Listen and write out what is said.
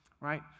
Right